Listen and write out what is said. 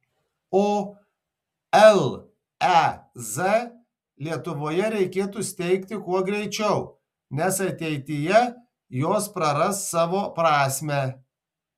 o lez lietuvoje reikėtų steigti kuo greičiau nes ateityje jos praras savo prasmę